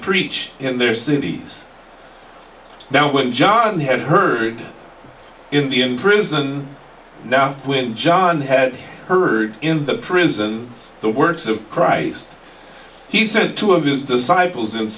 preach in their cities now when john had heard in the prison now when john had heard in the prison the works of christ he sent two of his disciples and